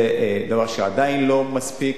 זה דבר שעדיין לא מתוקצב מספיק.